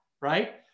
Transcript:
right